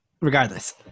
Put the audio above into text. Regardless